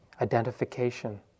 Identification